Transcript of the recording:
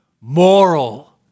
Moral